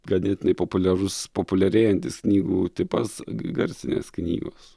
ganėtinai populiarus populiarėjantis knygų tipas garsinės knygos